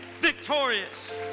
victorious